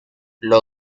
los